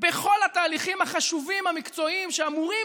בכל התהליכים המקצועיים החשובים שאמורים